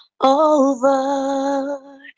over